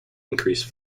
increase